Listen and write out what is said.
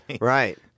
Right